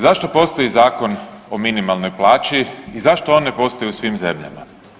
Zašto postoji Zakon o minimalnoj plaći i zašto on ne postoji u svim zemljama?